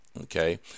okay